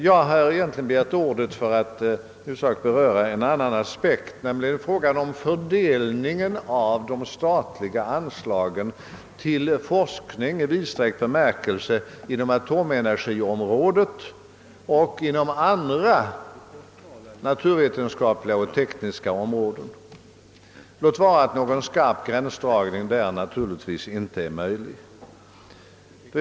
Jag har emellertid begärt ordet i huvudsak för att beröra en annan aspekt, nämligen frågan om fördelningen av de statliga anslagen till forskning i vidsträckt bemärkelse inom atomenergiområdet respektive inom andra naturvetenskapliga och tekniska områden, låt vara att någon skarp gränsdragning där naturligtvis inte är möjlig att göra.